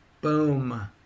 Boom